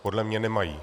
Podle mě nemají.